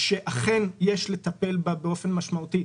שאכן יש לטפל בה באופן משמעותי,